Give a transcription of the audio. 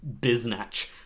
biznatch